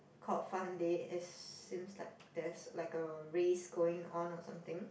called Fun Day it seems like there like a race going on or something